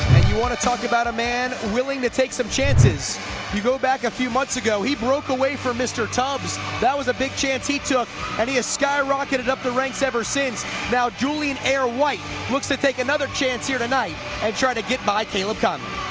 you want to talk about a man willing to take some chances you go back a few months ago he broke away from mr. tubbs that was a big chance he took and he has sky rocketed up the ranks ever since now julian air whyt looks to take another chance here tonight and try to get by caleb konley